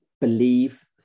believe